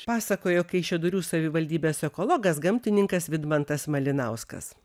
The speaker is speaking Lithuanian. pasakojo kaišiadorių savivaldybės ekologas gamtininkas vidmantas malinauskas